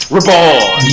Reborn